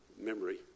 memory